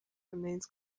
remains